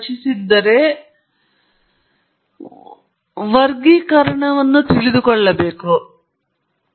ಆದ್ದರಿಂದ ನಾವು ಮೂಲತಃ ದೃಶ್ಯೀಕರಣದ ಅಗತ್ಯವನ್ನು ಒತ್ತು ನೀಡುವ ಎನ್ಸ್ಕೊಂಬ್ ಡೇಟಾ ಸೆಟ್ಗಳ ಬಗ್ಗೆ ಮಾತನಾಡಿದ್ದೇವೆ